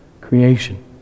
creation